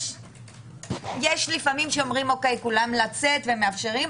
יש לפעמים שאומרים: נא לצאת ומאפשרים,